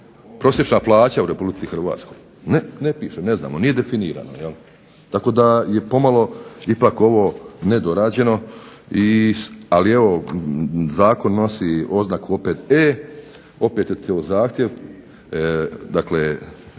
prosječna plaća u RH? Ne piše, ne znamo, nije definirano jel'. Tako da je pomalo ipak ovo nedorađeno, ali evo zakon nosi oznaku opet E, opet je to evo zahtjev, radije